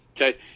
Okay